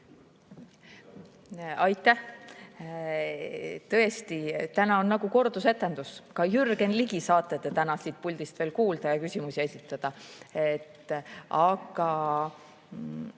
Aitäh! Tõesti, täna on nagu kordusetendus. Ka Jürgen Ligi saate täna siit puldist kuulda ja küsimusi esitada.